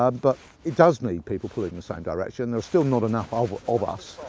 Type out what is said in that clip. ah but it does need people pulling in the same direction. there are still not enough of ah of us.